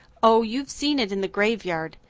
oh, you've seen it in the graveyard.